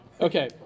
Okay